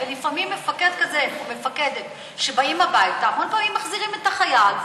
ולפעמים מפקד כזה או מפקדת שבאים הביתה המון פעמים מחזירים את החייל,